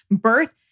birth